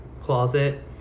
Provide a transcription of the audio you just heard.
closet